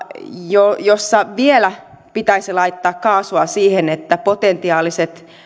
jossa vielä pitäisi laittaa kaasua siihen että potentiaaliset